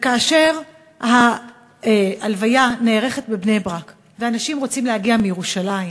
וכאשר ההלוויה נערכת בבני-ברק ואנשים רוצים להגיע מירושלים,